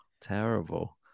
terrible